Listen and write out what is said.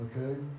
okay